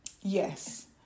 Yes